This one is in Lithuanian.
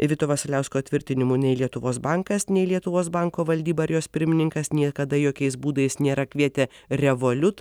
vito vasiliausko tvirtinimu nei lietuvos bankas nei lietuvos banko valdyba ir jos pirmininkas niekada jokiais būdais nėra kvietę revolut